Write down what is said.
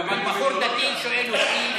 אבל בחור דתי שואל אותי,